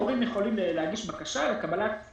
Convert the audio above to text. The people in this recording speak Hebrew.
ההורים יכולים להגיש בקשה לקבלת סבסוד.